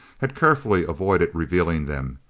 had carefully avoided revealing them.